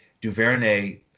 Duvernay